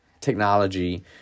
technology